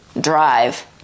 drive